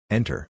Enter